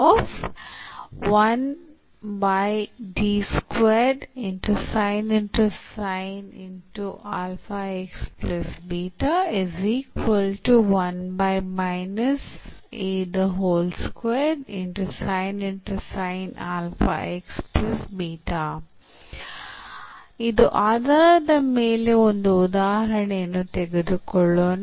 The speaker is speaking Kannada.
ಆಧಾರದ ಮೇಲೆ ಒಂದು ಉದಾಹರಣೆಯನ್ನು ತೆಗೆದುಕೊಳ್ಳೋಣ